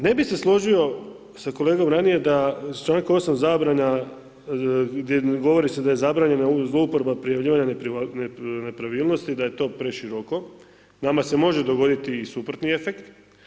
Ne bih se složio sa kolegom ranije da, s člankom 8. zabrana gdje govori se da je zabranjena zlouporaba prijavljivanja nepravilnosti, da je to preširoko, nama se može dogoditi i suprotni efekt.